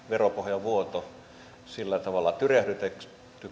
veropohjan vuoto sillä tavalla tyrehdytetyksi